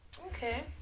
Okay